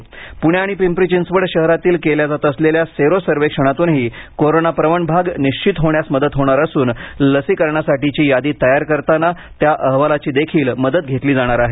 प्णे आणि पिंपरी चिंचवड शहरातील केल्या जात असलेल्या सेरो सर्वेक्षणातूनही कोरोनाप्रवण भाग निश्चित होण्यास मदत होणार असून लसीकरणासाठीची यादी तयार करताना त्या अहवालाचीही मदत घेतली जाणार आहे